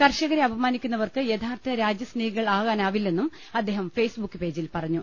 കർഷകരെ അപമാനിക്കുന്നവർക്ക് യഥാർത്ഥ രാജ്യസ്നേഹികൾ ആകാനാവി ല്ലെന്നും അദ്ദേഹം ഫേസ്ബുക്ക് പേജിൽ പറഞ്ഞു